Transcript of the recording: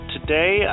Today